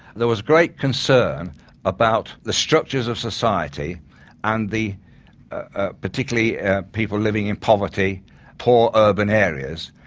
there was great concern about the structures of society and the ah particularly ah people living in poverty poor urban areas.